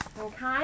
Okay